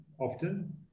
often